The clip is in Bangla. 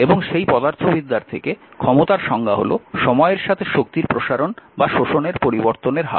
এবং সেই পদার্থবিদ্যার থেকে ক্ষমতার সংজ্ঞা হল সময়ের সাথে শক্তির প্রসারণ বা শোষণের পরিবর্তনের হার